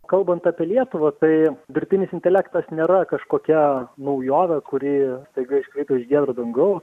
kalbant apie lietuvą tai dirbtinis intelektas nėra kažkokia naujovė kuri staiga iškrito iš giedro dangau